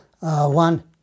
one